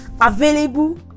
available